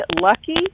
lucky